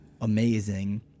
amazing